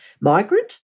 migrant